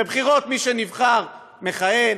בבחירות מי שנבחר, מכהן.